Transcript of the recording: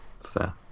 Fair